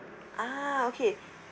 ah okay